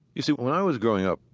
you see, when i was growing up,